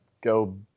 go